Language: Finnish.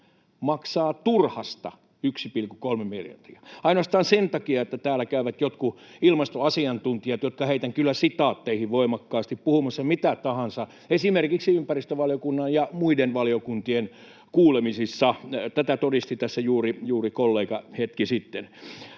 maksaa turhasta 1,3 miljardia — ainoastaan sen takia, että täällä käyvät jotkut ”ilmastoasiantuntijat”, jotka heitän kyllä sitaatteihin voimakkaasti, puhumassa mitä tahansa esimerkiksi ympäristövaliokunnan ja muiden valiokuntien kuulemisissa. Tätä todisti tässä kollega juuri hetki sitten.